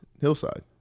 hillside